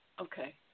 Okay